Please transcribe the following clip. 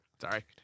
Sorry